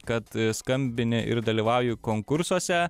kad skambini ir dalyvauji konkursuose